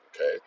Okay